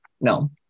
no